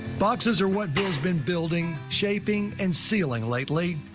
boxes are what does been building. shaping and ceiling lately,